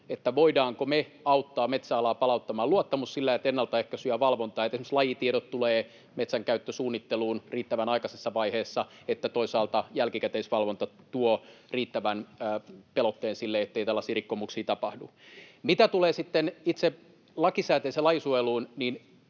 — voidaanko me auttaa metsäalaa palauttamaan luottamus sillä, että on ennaltaehkäisyä ja valvontaa, että esimerkiksi lajitiedot tulevat metsänkäyttösuunnitteluun riittävän aikaisessa vaiheessa ja että toisaalta jälkikäteisvalvonta tuo riittävän pelotteen sille, ettei tällaisia rikkomuksia tapahdu. Mitä tulee sitten itse lakisääteiseen lajisuojeluun,